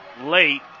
late